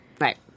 Right